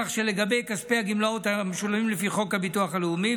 כך שלגבי כספי הגמלאות המשולמים לפי חוק הביטוח הלאומי,